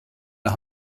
der